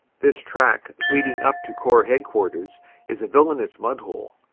this track leading up to corps headquarters is a villainous mud-hole,